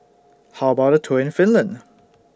How about A Tour in Finland